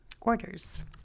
orders